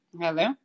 Hello